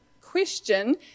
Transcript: question